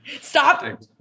Stop